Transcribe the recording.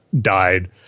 died